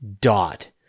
dot